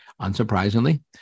unsurprisingly